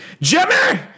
jimmy